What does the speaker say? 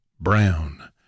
Brown